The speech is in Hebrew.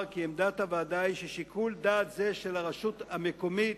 כי עמדת הוועדה היא ששיקול דעת זה של הרשות המקומית,